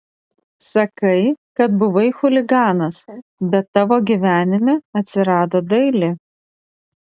sakai kad buvai chuliganas bet tavo gyvenime atsirado dailė